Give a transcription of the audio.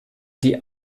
die